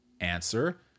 answer